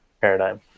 paradigm